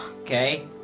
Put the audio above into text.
okay